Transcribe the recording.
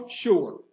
sure